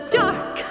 dark